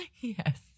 Yes